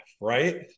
right